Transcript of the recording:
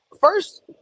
first